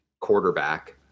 quarterback